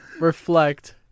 reflect